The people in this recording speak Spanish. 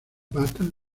patas